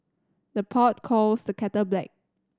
the pot calls the kettle black